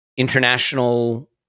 international